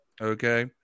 Okay